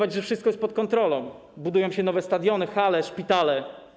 I że wszystko jest pod kontrolą, budują się nowe stadiony, hale, szpitale.